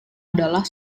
adalah